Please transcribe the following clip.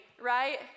right